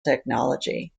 technology